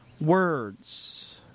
words